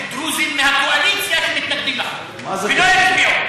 דרוזים מהקואליציה שמתנגדים לחוק ולא יצביעו?